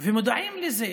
אנחנו מודעים לזה